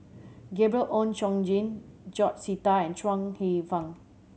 Gabriel Oon Chong Jin George Sita and Chuang Hsueh Fang